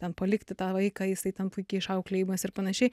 ten palikti tą vaiką jisai ten puikiai išauklėjimas ir panašiai